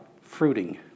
fruiting